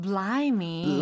Blimey